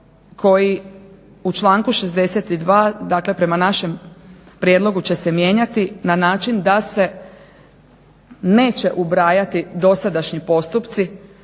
koji u članku 62.dakle prema našem prijedlogu će se mijenjati na način da se neće ubraati dosadašnji postupci